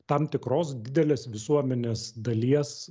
tam tikros didelės visuomenės dalies